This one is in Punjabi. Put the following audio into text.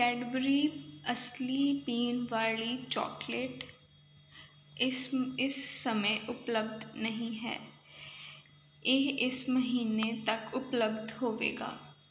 ਕੈਡਬਰੀ ਅਸਲੀ ਪੀਣ ਵਾਲੀ ਚੋਕਲੇਟ ਇਸ ਇਸ ਸਮੇਂ ਉਪਲੱਬਧ ਨਹੀਂ ਹੈ ਇਹ ਇਸ ਮਹੀਨੇ ਤੱਕ ਉਪਲੱਬਧ ਹੋਵੇਗਾ